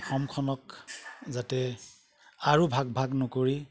অসমখনক যাতে আৰু ভাগ ভাগ নকৰি